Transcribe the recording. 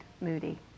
Moody